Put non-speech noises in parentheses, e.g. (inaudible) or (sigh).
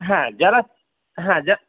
হ্যাঁ যারা হ্যাঁ (unintelligible)